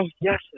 yes